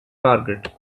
target